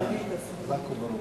שלוש דקות.